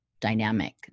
dynamic